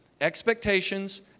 expectations